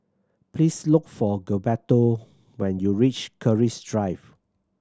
please look for Gilberto when you reach Keris Drive